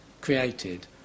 created